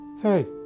Hey